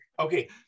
Okay